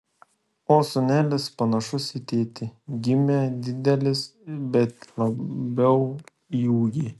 o sūnelis panašus į tėtį gimė didelis bet labiau į ūgį